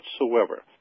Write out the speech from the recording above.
whatsoever